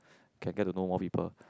can get to know more people